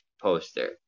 poster